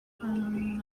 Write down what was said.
from